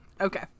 Okay